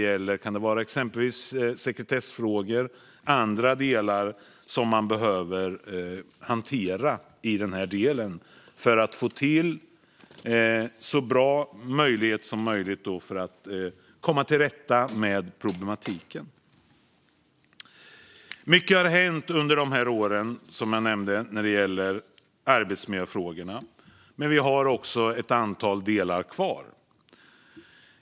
Det kan exempelvis vara sekretessfrågor och andra delar som man behöver hantera i den delen för att få till det så bra som möjligt för att komma till rätta med problematiken. Mycket har hänt under de här åren när det gäller arbetsmiljöfrågorna, som jag nämnde. Men vi har också ett antal delar kvar.